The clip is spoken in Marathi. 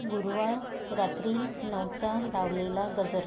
गुरुवार रात्री नऊचा लावलेला गजर